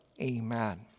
Amen